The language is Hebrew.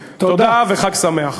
נאפשר.